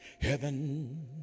Heaven